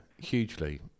hugely